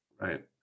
Right